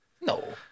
No